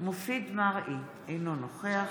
מופיד מרעי, אינו נוכח